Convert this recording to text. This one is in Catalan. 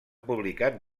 publicat